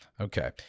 Okay